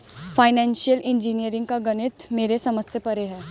financial engineering का गणित मेरे समझ से परे है